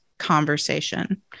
conversation